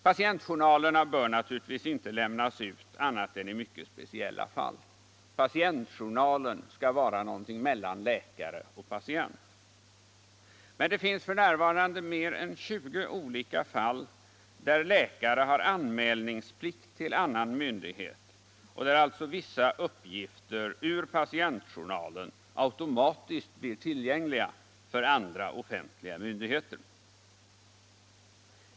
Patientjournalerna bör naturligtvis inte lämnas ut annat än i mycket speciella fall. Patientjournalen skall vara någonting mellan läkare och patient. Men det finns f. n. mer än 20 olika fall då läkare har anmälningsplikt till annan myndighet och då alltså vissa uppgifter ur pa tientjournalen automatiskt blir tillgängliga för andra offentliga myndig — Nr 121 heter.